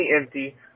empty